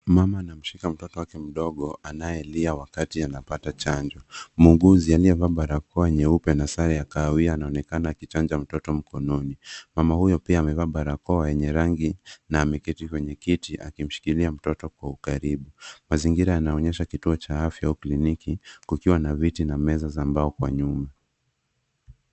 Mama anamshika mtoto wake mdogo anayelia wakati anapata chanjo. Muuguzi aliyevaa barakoa nyeupe na sare ya kahawia anaonekana akichanja mtoto mkononi. Mama huyo pia amevaa barakoa yenye rangi na ameketi kwenye kiti akimshikilia mtoto kwa ukaribu. Mazingira yanaonyesha kituo cha afya au kliniki kukiwa na viti na meza za mbao kwa nyuma.